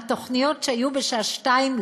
מהתוכניות שהיו בשעה 14:00,